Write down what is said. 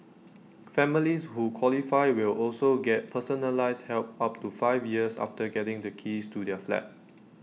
families who qualify will also get personalised help up to five years after getting the keys to their flat